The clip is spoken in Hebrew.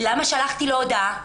למה שלחתי לו הודעה?